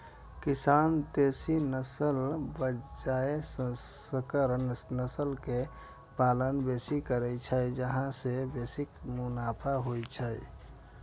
किसान देसी नस्लक बजाय संकर नस्ल के पालन बेसी करै छै, जाहि सं बेसी मुनाफा होइ छै